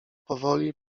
powoli